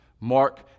Mark